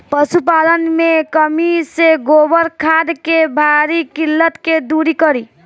पशुपालन मे कमी से गोबर खाद के भारी किल्लत के दुरी करी?